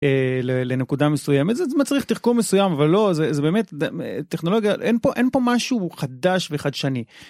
לנקודה מסוימת זה מצריך תחכום מסוים אבל לא זה באמת טכנולוגיה אין פה אין פה משהו חדש וחדשני.